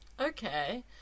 Okay